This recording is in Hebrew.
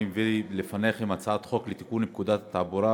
אני מביא לפניכם הצעת חוק לתיקון פקודת התעבורה